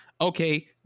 Okay